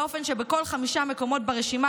באופן שבכל חמישה מקומות ברשימה,